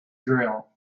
drill